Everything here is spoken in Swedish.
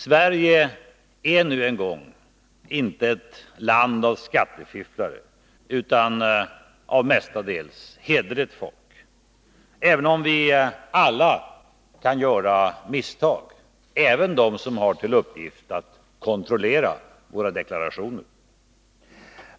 Sverige är nu en gång inte ett land av skattefifflare utan av mestadels hederligt folk, även om vi alla kan göra misstag, också de som har till uppgift att kontrollera våra deklarationer.